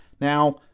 Now